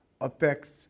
affects